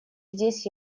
здесь